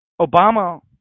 Obama